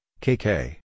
KK